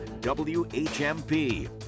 WHMP